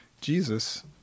Jesus